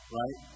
right